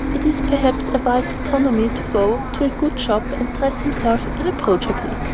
it is perhaps a wise economy to go to a good shop and dress himself irreproachably.